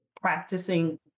practicing